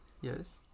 yes